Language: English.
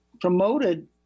promoted